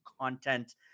content